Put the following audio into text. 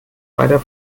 weiter